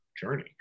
journey